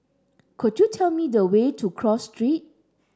could you tell me the way to Cross Street